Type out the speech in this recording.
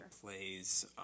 plays